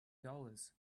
dollars